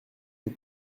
que